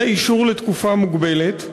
זה אישור לתקופה מוגבלת,